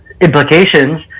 implications